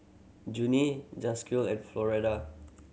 Junie Jaquez and Floretta